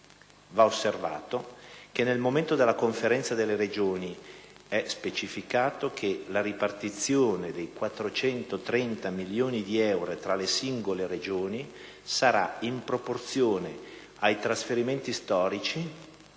Va osservato che nel documento della Conferenza delle Regioni è specificato che: «la ripartizione dei 430 milioni di euro tra le singole Regioni sarà in proporzione ai trasferimenti storici,